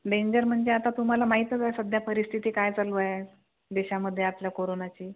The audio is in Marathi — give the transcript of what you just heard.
डेंजर म्हणजे आता तुम्हाला माहितच आहे सध्या परिस्थिती काय चालू आहे देशामध्ये आपल्या कोरोनाची